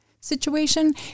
situation